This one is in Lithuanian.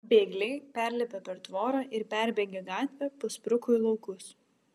bėgliai perlipę per tvorą ir perbėgę gatvę paspruko į laukus